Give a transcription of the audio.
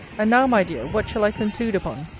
and now, my dear, what shall i conclude upon?